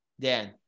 Dan